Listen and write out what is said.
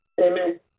Amen